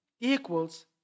equals